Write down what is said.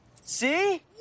see